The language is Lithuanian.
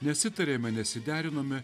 nesitarėme nesiderinome